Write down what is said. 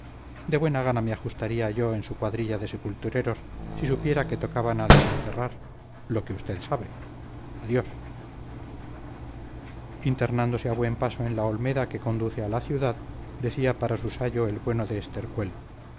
de buena gana me ajustaría yo en su cuadrilla de sepultureros si supiera que tocaban a desenterrar lo que usted sabe adiós internándose a buen paso en la olmeda que conduce a la ciudad decía para su sayo el bueno de